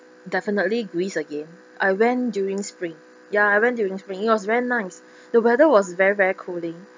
definitely greece again I went during spring ya I went during spring it was very nice the weather was very very cooling